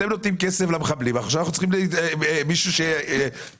אתם נותנים כסף למחבלים ואנחנו צריכים מישהו שיתמגן.